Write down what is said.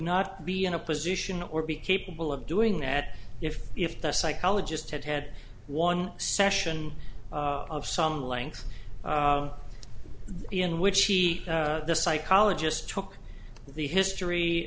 not be in a position or be capable of doing that if if the psychologist had had one session of some length in which he the psychologist took the history